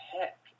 heck